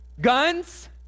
Guns